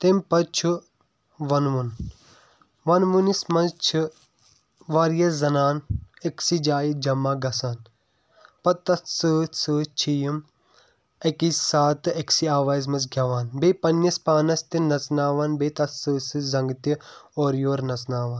تَمہِ پَتہٕ چھُ وَنوُن وَنوٕنِس منٛز چھِ واریاہ زنانہٕ أکسٕے جایہِ جمع گژھان پَتہٕ تَتھ سۭتۍ سۭتۍ چھِ یِم اَکے ساتہٕ أکسٕے آوازِ منٛز گیٚوان بیٚیہِ پَنٕنِس پانَس تہِ نَژناوان بیٚیہِ تَتھ سۭتۍ سۭتۍ زنٛگہٕ تہِ اورٕ یور نَژناوان